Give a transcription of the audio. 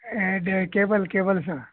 ಅದೇ cable cable sir